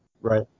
Right